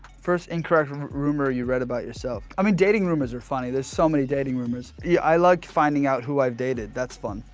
first incorrect rumor you read about yourself. i mean dating rumors are funny. there are so many dating rumors. yeah, i like finding out who i've dated, that's fun.